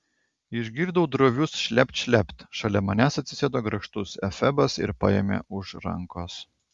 išgirdau drovius šlept šlept šalia manęs atsisėdo grakštus efebas ir paėmė už rankos